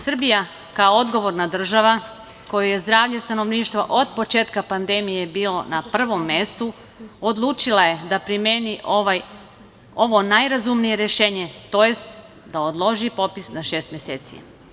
Srbija kao odgovorna država, kojoj je zdravlje stanovništva od početka pandemije bilo na prvom mestu, odlučila je da primeni ovo najrazumnije rešenje tj. da odloži popis na šest meseci.